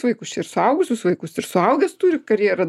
vaikus ir suaugusius vaikus ir suaugęs turi karjerą